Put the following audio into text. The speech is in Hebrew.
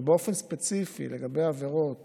באופן ספציפי, לגבי עבירות